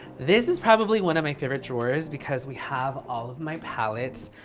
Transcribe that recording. this is probably one of my favorite drawers because we have all of my palettes.